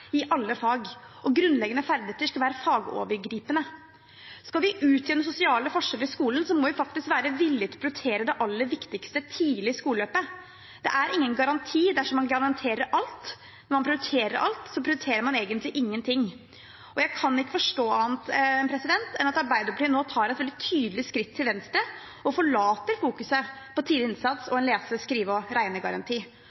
i alle fag. Grunnleggende ferdigheter skal være fagovergripende. Skal vi utjevne sosiale forskjeller i skolen, må vi faktisk være villig til å prioritere det aller viktigste tidlig i skoleløpet. Det er ingen garanti dersom man garanterer alt. Når man prioriterer alt, prioriterer man egentlig ingenting. Og jeg kan ikke forstå annet enn at Arbeiderpartiet nå tar et veldig tydelig skritt til venstre og forlater fokuseringen på tidlig innsats